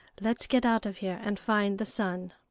let's get out of here and find the sun.